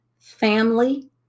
family